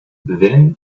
then